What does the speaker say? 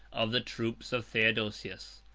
of the troops of theodosius.